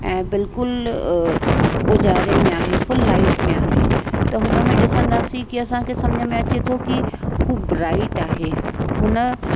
ऐं बिल्कुलु उजारे में आहे फ़ुल लाइट में आहे त हुन में ॾिसंदासीं कि असांखे समुझ में अचे थो कि हू ब्राइट आहे हुन